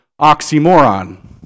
oxymoron